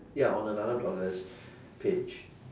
ya on another blogger's page